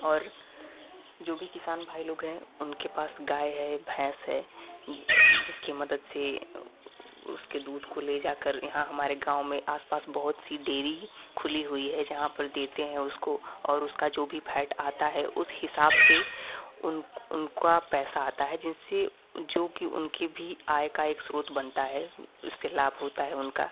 और जो भी किसान भाई लोग हैं उनके पास गाय है भैंस है जिसकी मदद से उसके दूध को ले जा कर यहाँ हमारे गाँव में आस पास बहुत सी डेरी खुली हुई हैं जहाँ पर देते हैं उसको और उसका जो भी फैट आता है उस हिसाब से उन उनका पैसा आता है जिनसे जो कि उनके भी आय का एक स्रोत बनता है उससे लाभ होता है उनका